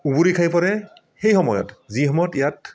উবুৰি খাই পৰে সেই সময়ত যি সময়ত ইয়াত